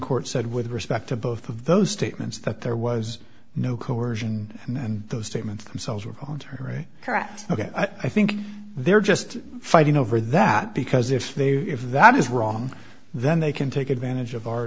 court said with respect to both of those statements that there was no coercion and the statements themselves were voluntary correct ok i think they're just fighting over that because if they if that is wrong then they can take advantage of our